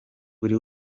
buri